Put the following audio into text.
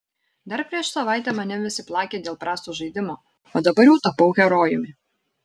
dar prieš savaitę mane visi plakė dėl prasto žaidimo o dabar jau tapau herojumi